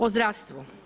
O zdravstvu.